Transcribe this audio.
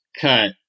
cut